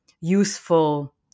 useful